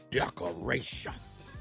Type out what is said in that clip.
decorations